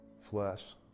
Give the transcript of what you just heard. flesh